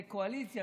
זה קואליציה,